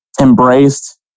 embraced